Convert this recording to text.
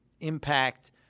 impact